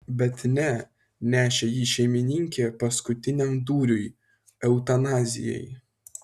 bet ne nešė jį šeimininkė paskutiniam dūriui eutanazijai